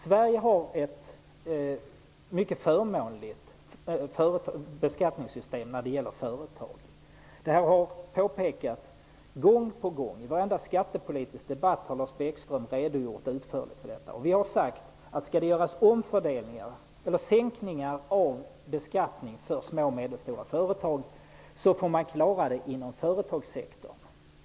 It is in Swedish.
Sverige har ett mycket förmånligt beskattningssystem för företag. Det har påpekats gång på gång. I varje skattepolitisk debatt har Lars Bäckström utförligt redogjort för detta. Vi har sagt att om man skall göra omfördelningar eller sänka skatten för små och medelstora företag måste man klara det inom företagssektorn.